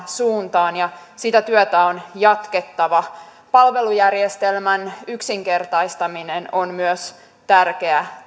suuntaan ja sitä työtä on jatkettava palvelujärjestelmän yksinkertaistaminen on myös tärkeä